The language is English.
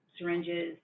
syringes